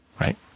Right